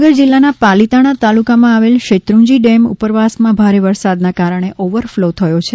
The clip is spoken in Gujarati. ભાવનગર જિલ્લાના પાલિતાણા તાલુકામાં આવેલ શેત્રુંજી ડેમ ઉપરવાસમાં ભારે વરસાદના કારણે ઓવરફ્લો થયો છે